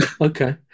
Okay